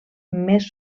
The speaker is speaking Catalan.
més